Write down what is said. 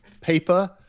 paper